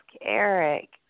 Eric